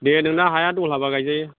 दे नोंना हाया दहलाबा गायजायो